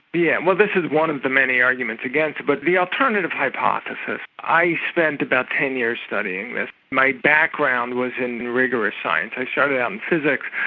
yeah well, this is one of the many arguments against. but the alternative hypothesis, i spent about ten years studying this. my background was in rigorous science, i started out in physics,